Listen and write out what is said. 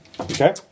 Okay